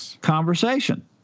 conversation